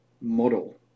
model